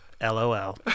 LOL